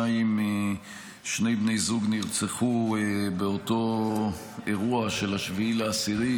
בני זוג נרצחו באותו אירוע של 7 באוקטובר,